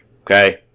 Okay